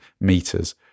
meters